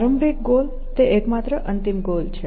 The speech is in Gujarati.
પ્રારંભિક ગોલ તે એકમાત્ર અંતિમ ગોલ છે